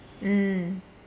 mm